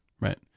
right